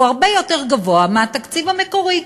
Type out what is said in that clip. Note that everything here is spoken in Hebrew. הוא הרבה יותר גבוה מהתקציב המקורי,